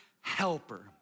helper